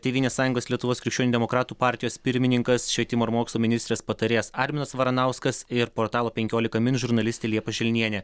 tėvynės sąjungos lietuvos krikščionių demokratų partijos pirmininkas švietimo ir mokslo ministrės patarėjas arminas varanauskas ir portalo penkiolika min žurnalistė liepa želnienė